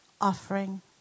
offering